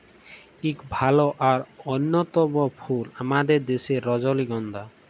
ইক ভাল আর অল্যতম ফুল আমাদের দ্যাশের রজলিগল্ধা